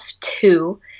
two